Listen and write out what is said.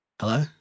Hello